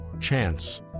Chance